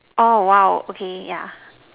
orh !wow! okay yeah